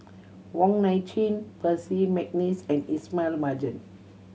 Wong Nai Chin Percy McNeice and Ismail Marjan